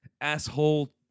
asshole